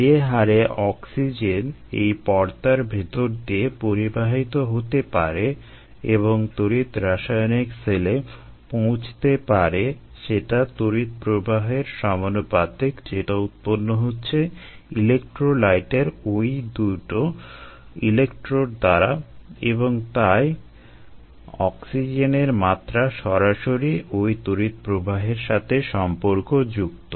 যে হারে অক্সিজেন এই পর্দার ভেতর দিয়ে পরিবাহিত হতে পারে এবং তড়িৎ রাসায়নিক সেলে পৌঁছতে পারে সেটা তড়িৎ প্রবাহের সমানুপাতিক যেটা উৎপন্ন হচ্ছে ইলেক্ট্রোলাইটের ওই দুইটি ইলেক্ট্রোড দ্বারা এবং তাই অক্সিজেনের মাত্রা সরাসরি ওই তড়িৎ প্রবাহের সাথে সম্পর্কযুক্ত